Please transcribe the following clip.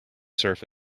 surf